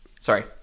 Sorry